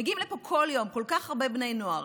מגיעים לפה כל יום כל כך הרבה בני נוער,